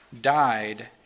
died